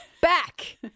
back